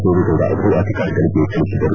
ದೇವೇಗೌಡ ಅವರು ಅಧಿಕಾರಿಗಳಿಗೆ ತಿಳಿಸಿದರು